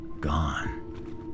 gone